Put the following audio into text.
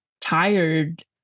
tired